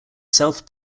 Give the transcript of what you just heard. south